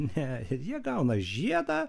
ne jie gauna žiedą